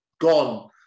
gone